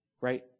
right